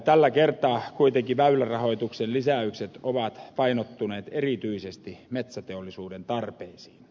tällä kertaa kuitenkin väylärahoituksen lisäykset ovat painottuneet erityisesti metsäteollisuuden tarpeisiin